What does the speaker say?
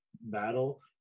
battle